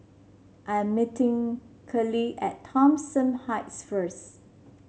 I am meeting Keli at Thomson Heights first